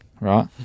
right